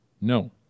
no